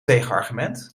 tegenargument